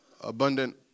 abundant